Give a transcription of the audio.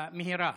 המהירה,